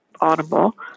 Audible